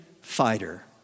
fighter